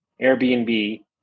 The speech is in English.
Airbnb